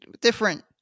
different